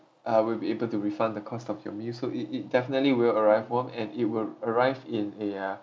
uh we'll be able to refund the cost of your meal so it it definitely will arrive warm and it will arrive in a uh